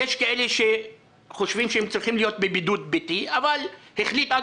יש כאלה שחושבים שהם צריכים להיות בבידוד ביתי אבל אמרו